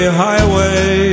highway